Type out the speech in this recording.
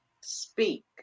speak